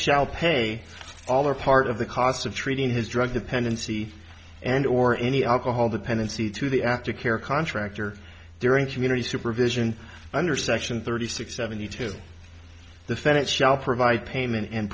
shall pay all or part of the costs of treating his drug dependency and or any alcohol dependency to the after care contractor during community supervision under section thirty six seventy two the fed it shall provide payment and